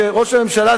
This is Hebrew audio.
כשראש הממשלה,